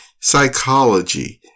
psychology